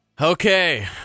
Okay